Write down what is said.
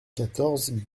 quatorze